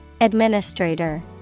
Administrator